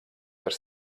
var